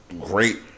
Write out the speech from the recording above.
great